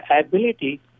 ability